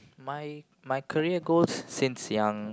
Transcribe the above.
mine my career goals since young